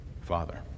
Father